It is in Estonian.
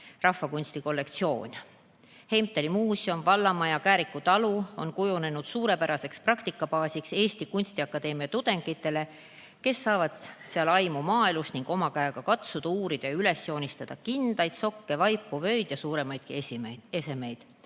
rahvakunsti kollektsioon. Heimtali muuseum, vallamaja, Kääriku talu on kujunenud suurepäraseks praktikabaasiks Eesti Kunstiakadeemia tudengitele, kes saavad seal aimu maaelust ning oma käega katsuda, uurida ja üles joonistada kindaid, sokke, vaipu, vöid ja suuremaidki esemeid.